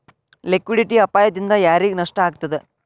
Liquidity ಅಪಾಯ ದಿಂದಾ ಯಾರಿಗ್ ನಷ್ಟ ಆಗ್ತದ?